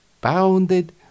bounded